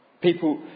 People